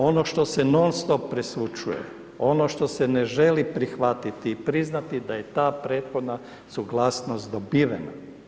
Ono što se non stop prešućuje, ono što se ne želi prihvatit i priznati da je ta prethodna suglasnost dobivena.